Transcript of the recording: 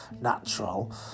natural